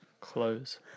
Clothes